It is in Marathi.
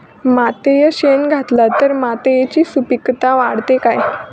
मातयेत शेण घातला तर मातयेची सुपीकता वाढते काय?